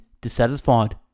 dissatisfied